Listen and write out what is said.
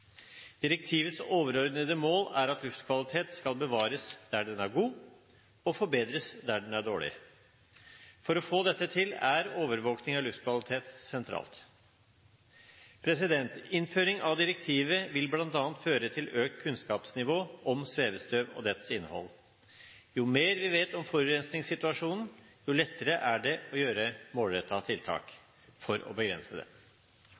Direktivets overordnede mål er at luftkvalitet skal bevares der den er god, og forbedres der den er dårlig. For å få dette til er overvåkning av luftkvalitet sentralt. Innføringen av direktivet vil bl.a. føre til økt kunnskapsnivå om svevestøv og dets innhold. Jo mer vi vet om forurensningssituasjonen, jo lettere er det å gjøre målrettede tiltak for å begrense det.